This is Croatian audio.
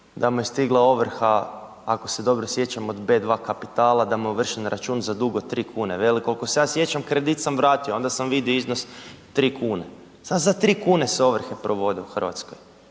da mu je stigla ovrha, ako se dobro sjećam od B2 Kapitala, da mu je ovršen račun za dug od 3 kune, veli koliko se ja sjećam kredit sam vratio onda sam vidio iznos 3 kune, zar za 3 kune se ovrhe provode u Hrvatskoj.